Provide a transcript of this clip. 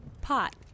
Pot